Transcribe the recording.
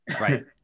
Right